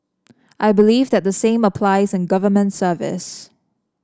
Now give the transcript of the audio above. I believe that the same applies in government service